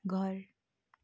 घर